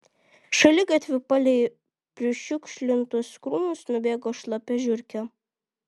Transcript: šaligatviu palei prišiukšlintus krūmus nubėgo šlapia žiurkė